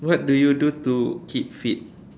what do you do to keep fit